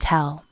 Tell